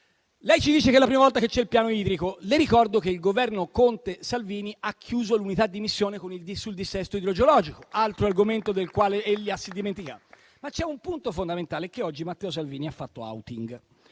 ci dice che è la prima volta che c'è il piano idrico. Le ricordo che il Governo Conte-Salvini ha chiuso l'unità di missione sul dissesto idrogeologico, altro argomento del quale si è dimenticato. Ma c'è un punto fondamentale: oggi Matteo Salvini ha fatto *outing*